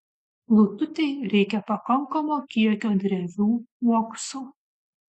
lututei reikia pakankamo kiekio drevių uoksų